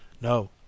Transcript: No